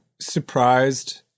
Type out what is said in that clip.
surprised